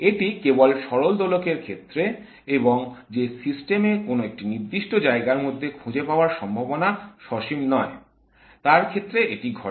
এটি কেবল সরল দোলকের ক্ষেত্রে এবং যে সিস্টেমে কোন একটি নির্দিষ্ট জায়গার মধ্যে খুঁজে পাওয়ার সম্ভাবনা সসীম হয় তার ক্ষেত্রে এটি ঘটে